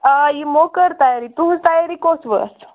آ یمو کٔر تَیارِی تُہٕنٛز تیارِی کوٚت وٲژ